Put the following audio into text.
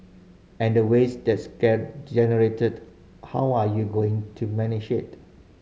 and the waste that's generated how are you going to manage it